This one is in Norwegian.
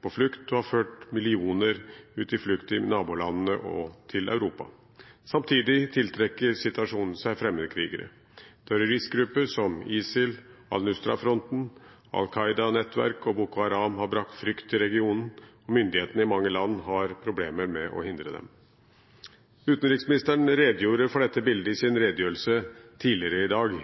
på flukt og har ført millioner ut i flukt til nabolandene og til Europa. Samtidig tiltrekker situasjonen seg fremmedkrigere. Terroristgrupper som ISIL, Al-Nusra-fronten, Al Qaida-nettverk og Boko Haram har bragt frykt til regionen, og myndighetene i mange land har problemer med å hindre dem. Utenriksministeren redegjorde for dette bildet i sin redegjørelse tidligere i dag.